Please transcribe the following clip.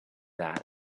that